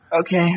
Okay